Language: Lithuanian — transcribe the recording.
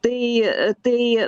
tai tai